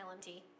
LMT